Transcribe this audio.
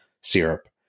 syrup